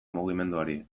mugimenduari